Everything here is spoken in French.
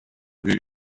vue